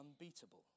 unbeatable